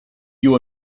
you